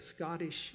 Scottish